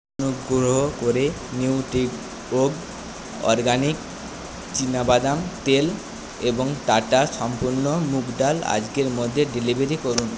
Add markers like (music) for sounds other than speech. অনুগ্রহ করে Nutri (unintelligible) organic চিনাবাদাম তেল এবং টাটা সম্পূর্ণ মুগ ডাল আজকের মধ্যে ডেলিভারি করুন